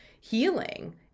healing